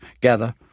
gather